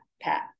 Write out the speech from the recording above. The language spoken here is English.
Pat